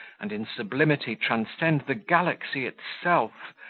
and in sublimity transcend the galaxy itself,